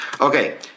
Okay